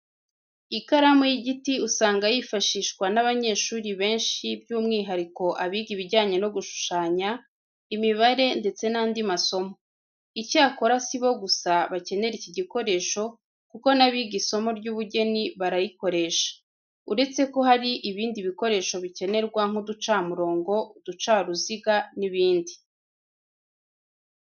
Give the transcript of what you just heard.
Ikaramu y'igiti usanga yifashishwa n'abanyeshuri benshi byumwihariko abiga ibijyanye no gushushanya, imibare ndetse n'andi masomo. Icyakora si bo gusa bakenera iki gikoresho kuko n'abiga isomo ry'ubugeni barayikoresha. Uretse ko hari ibindi bikoresho bikenerwa nk'uducamurongo, uducaruziga n'ibindi.